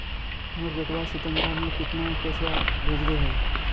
हमर बेटवा सितंबरा में कितना पैसवा भेजले हई?